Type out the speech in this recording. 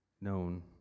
known